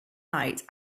night